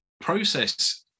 process